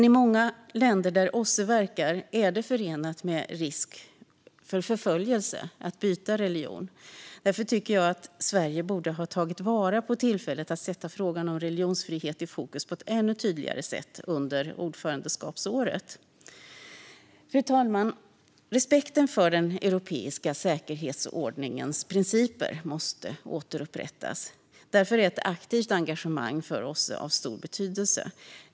I många länder där OSSE verkar är det förenat med risk för förföljelse att byta religion. Därför tycker jag att Sverige borde ha tagit vara på tillfället att sätta frågan om religionsfrihet i fokus på ett ännu tydligare sätt under ordförandeskapsåret. Fru talman! Respekten för den europeiska säkerhetsordningens principer måste återupprättas. Därför är ett aktivt engagemang för OSSE av stor betydelse.